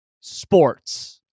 sports